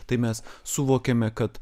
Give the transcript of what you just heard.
tai mes suvokiame kad